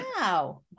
wow